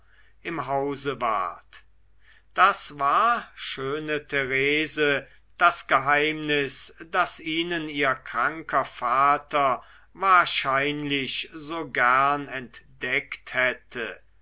im hause ward das war schöne therese das geheimnis das ihnen ihr kranker vater wahrscheinlich so gern entdeckt hätte